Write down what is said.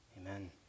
Amen